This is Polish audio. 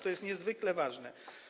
To jest niezwykle ważne.